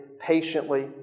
patiently